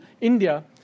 India